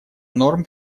норм